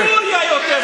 בסוריה יותר טוב.